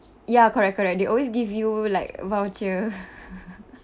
ya correct correct they always give you like voucher